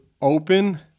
open